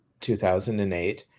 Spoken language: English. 2008